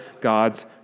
God's